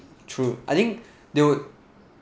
true I think they would